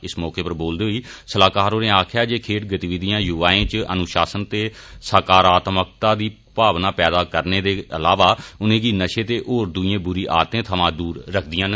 इस मौके पर बोलदे होई सलाहकार होरें आक्खेया जे खेड गतिविधियां युवाएं इच अनुशासन ते साकारत्मकता दी भावना पैदा करने दे अलावा उनें गी नशे ते होर दुइयै बुरी आदतें थमां दूर रक्खदिआं न